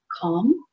calm